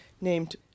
named